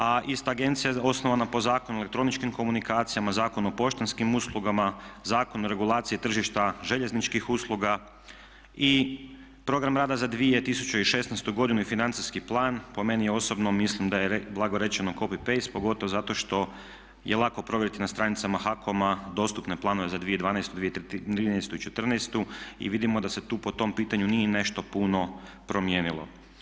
A ista agencija osnova po Zakon o elektroničkim komunikacijama, Zakonu o poštanskim uslugama, Zakonu o regulaciji tržišta željezničkih usluga i program rada za 2016. godinu i financijski plan po meni osobno mislim da je blago rečeno copy paste pogotovo zato što je lako provjeriti na stranicama HAKOM-a dostupne planove za 2012., 2013. i 2014. i vidimo da se tu po tom pitanju nije nešto puno promijenilo.